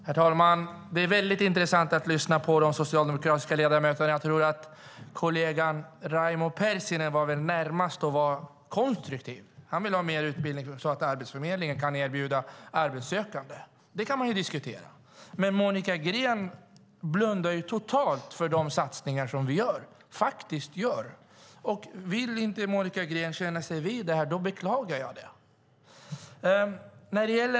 Herr talman! Det är väldigt intressant att lyssna på de socialdemokratiska ledamöterna. Kollegan Raimo Pärssinen var väl den som var närmast att vara konstruktiv. Han vill ha mer utbildning som Arbetsförmedlingen kan erbjuda arbetssökande. Det kan man diskutera. Monica Green blundar dock totalt för de satsningar som vi faktiskt gör. Vill hon inte kännas vid dem beklagar jag det.